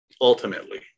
ultimately